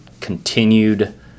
continued